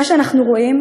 מה שאנחנו רואים